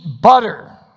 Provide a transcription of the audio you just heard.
butter